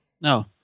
No